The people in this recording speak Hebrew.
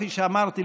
כפי שאמרתי,